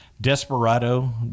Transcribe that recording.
Desperado